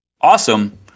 Awesome